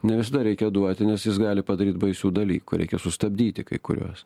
ne visada reikia duoti nes jis gali padaryt baisių dalykų reikia sustabdyti kai kuriuos